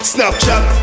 Snapchat